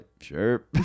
Sure